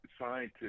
scientists